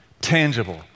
tangible